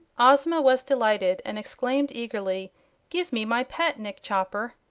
ozma was delighted and exclaimed, eagerly give me my pet, nick chopper!